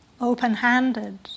open-handed